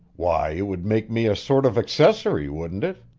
why, it would make me a sort of accessory, wouldn't it?